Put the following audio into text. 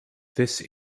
this